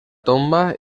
tomba